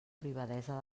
privadesa